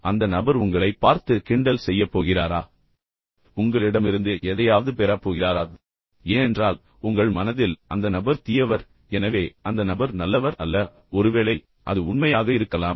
அந்த நபர் உங்களை பார்த்து கிண்டல் செய்யப் போகிறாரா அந்த நபர் உங்களை சூழ்ச்சித்திரனுடன் கையாள போகிறாரா உங்களிடமிருந்து எதையாவது பெறப் போகிறாரா என்று நீங்கள் ஆச்சரியப்படுகிறீர்கள் ஏனென்றால் உங்கள் மனதில் அந்த நபர் தீயவர் எனவே அந்த நபர் நல்லவர் அல்ல ஒருவேளை அது உண்மையாக இருக்கலாம்